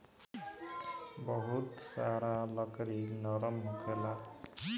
बहुत सारा लकड़ी नरम होखेला